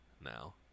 now